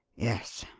yes.